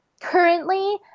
Currently